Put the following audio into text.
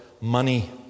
money